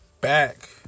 Back